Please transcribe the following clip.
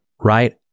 Right